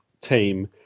team